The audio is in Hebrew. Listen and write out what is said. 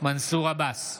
מנסור עבאס,